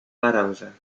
laranja